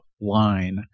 line